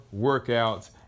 workouts